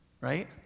Right